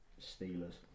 Steelers